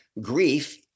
grief